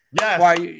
Yes